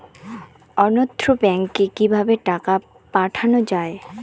অন্যত্র ব্যংকে কিভাবে টাকা পাঠানো য়ায়?